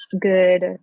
good